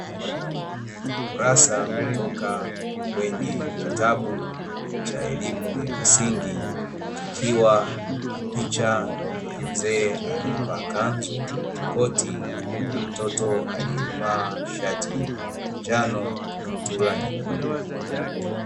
Kulasa kutoka kwenye kitabu cha elimu ya msingi kikiwa na picha ya mzee alievaa kanzu na koti, na mtoto alievaa shati la njano na kaptura nyekundu.